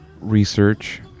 research